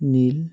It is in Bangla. নীল